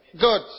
good